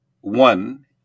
one